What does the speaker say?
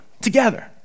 together